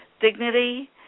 dignity